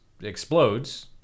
explodes